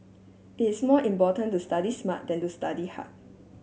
it's more important to study smart than to study hard